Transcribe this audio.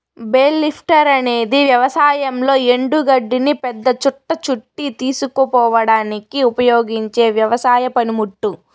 bale lifter అనేది వ్యవసాయంలో ఎండు గడ్డిని పెద్ద చుట్ట చుట్టి తీసుకుపోవడానికి ఉపయోగించే వ్యవసాయ పనిముట్టు